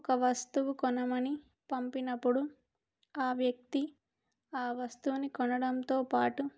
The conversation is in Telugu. ఒక వస్తువు కొనమని పంపినప్పుడు ఆ వ్యక్తి ఆ వస్తువుని కొనడంతో పాటు